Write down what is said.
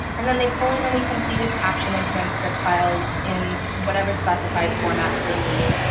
and then they pull in any completed caption and transcript files in whatever specified formats they need.